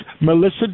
Melissa